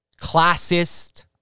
classist